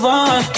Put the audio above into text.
on